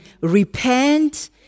Repent